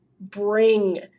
bring